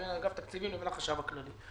בין אגף תקציבים לבין החשב הכללי.